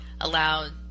allowed